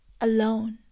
Alone